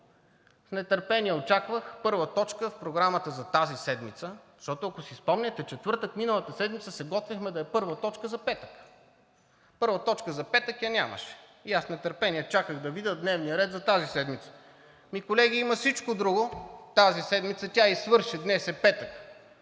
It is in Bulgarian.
с нетърпение очаквах първа точка в Програмата за тази седмица, защото, ако си спомняте, в четвъртък миналата седмица се готвехме да е първа точка за петък. Първа точка за петък я нямаше и аз с нетърпение чаках да видя дневния ред за тази седмица. Ами, колеги, има всичко друго тази седмица, тя и свърши, днес е петък,